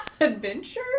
Adventure